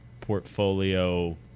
portfolio